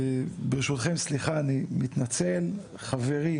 ברשותכם, סליחה, אני מתנצל, חברי